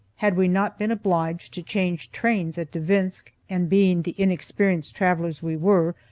had we not been obliged to change trains at devinsk and, being the inexperienced travellers we were,